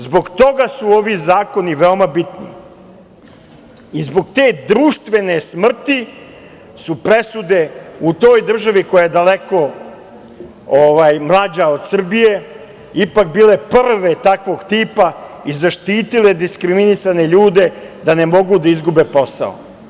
Zbog toga su ovi zakoni veoma bitni i zbog te društvene smrti su presude u toj državi, koja je daleko mlađa od Srbije, ipak bile prve takvog tipa i zaštitile diskriminisane ljude da ne mogu da izgube posao.